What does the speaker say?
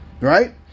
Right